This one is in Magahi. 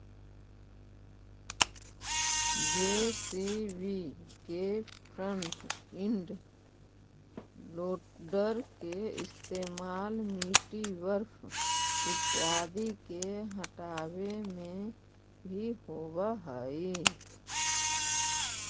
जे.सी.बी के फ्रन्ट इंड लोडर के इस्तेमाल मिट्टी, बर्फ इत्यादि के हँटावे में भी होवऽ हई